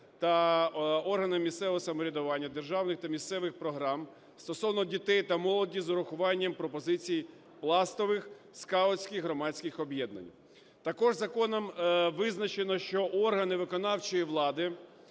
та органами місцевого самоврядування державних та місцевих програм стосовно дітей та молоді з урахуванням пропозицій пластових (скаутських) громадських об'єднань. Також законом визначено, що органи виконавчої влади